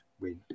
win